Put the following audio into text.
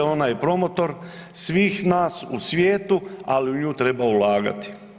Ona je promotor svih nas u svijetu, ali u nju treba ulagati.